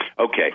Okay